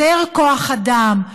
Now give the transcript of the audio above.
יותר כוח אדם?